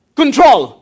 control